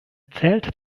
zählt